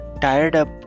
tired-up